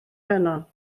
heno